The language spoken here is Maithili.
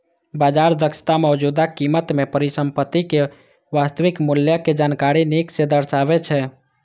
बाजार दक्षता मौजूदा कीमत मे परिसंपत्ति के वास्तविक मूल्यक जानकारी नीक सं दर्शाबै छै